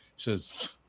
says